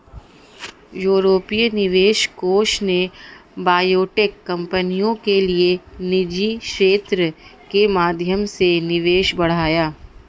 यूरोपीय निवेश कोष ने बायोटेक कंपनियों के लिए निजी क्षेत्र के माध्यम से निवेश बढ़ाया